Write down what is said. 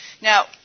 Now